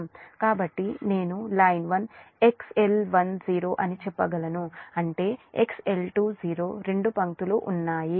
కాబట్టి నేను line 1 XL10 అని చెప్పగలను అంటే XL20 రెండు పంక్తులు ఉన్నాయి